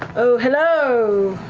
oh, hello!